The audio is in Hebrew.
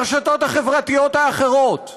ברשתות החברתיות האחרות,